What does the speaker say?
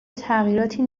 تغییراتی